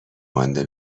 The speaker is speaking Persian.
مانده